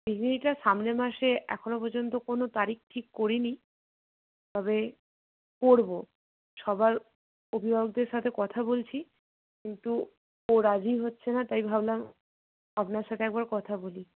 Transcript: যদিও এটা সামনের মাসে এখনো পর্যন্ত কোনো তারিখ ঠিক করি নি তবে করবো সবার অভিভাবকদের সাথে কথা বলছি কিন্তু ও রাজি হচ্ছে না তাই ভাবলাম আপনার সাথে একবার কথা বলি